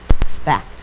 expect